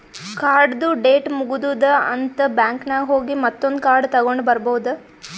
ಕಾರ್ಡ್ದು ಡೇಟ್ ಮುಗದೂದ್ ಅಂತ್ ಬ್ಯಾಂಕ್ ನಾಗ್ ಹೋಗಿ ಮತ್ತೊಂದ್ ಕಾರ್ಡ್ ತಗೊಂಡ್ ಬರ್ಬಹುದ್